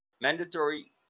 mandatory